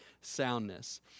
soundness